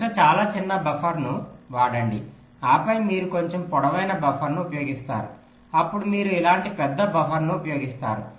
మొదట చాలా చిన్న బఫర్ను వాడండి ఆపై మీరు కొంచెం పొడవైన బఫర్ను ఉపయోగిస్తారు అప్పుడు మీరు ఇలాంటి పెద్ద బఫర్ను ఉపయోగిస్తారు